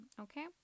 okay